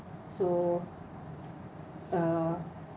so uh